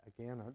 again